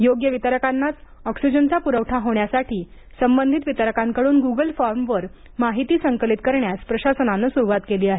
योग्य वितरकांनाच ऑक्सिजनचा पुरवठा होण्यासाठी संबंधित वितरकांकडून गुगल फॉर्मवर माहिती संकलित करण्यास प्रशासनाने सुरुवात केली आहे